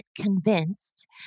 convinced